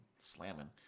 slamming